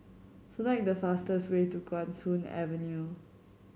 select the fastest way to Guan Soon Avenue